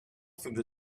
through